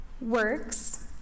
works